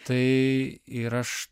tai ir aš